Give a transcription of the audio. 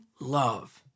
love